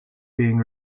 being